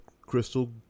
crystal